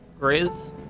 Grizz